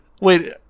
Wait